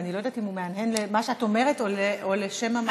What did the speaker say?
ואני לא יודעת אם הוא מהנהן למה שאת אומרת או לשמע מה שהוא שומע.